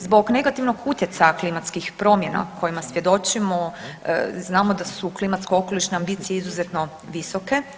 Zbog negativnog utjecaja klimatskih promjena kojima svjedočimo znamo da su klimatsko-okolišne ambicije izuzetno visoke.